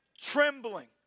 trembling